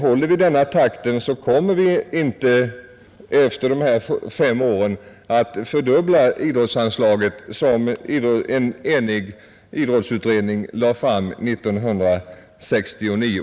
Håller vi denna takt, så kommer vi inte efter dessa fem år att ha fördubblat idrottsanslaget, som en enig idrottsutredning föreslog 1969.